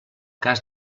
cas